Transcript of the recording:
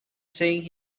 seeing